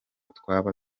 twaba